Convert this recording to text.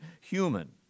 human